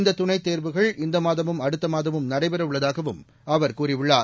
இந்த துணைத்தேர்வுகள் இந்த மாதமும் அடுத்த மாதமும் நடைபெறவுள்ளதாகவும் அவர் கூறியுள்ளார்